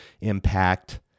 impact